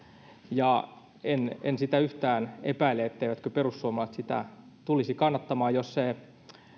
ja en en sitä yhtään epäile etteivätkö perussuomalaiset sitä tulisi kannattamaan jos se